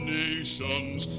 nations